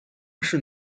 粮食